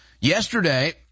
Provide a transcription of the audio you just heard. Yesterday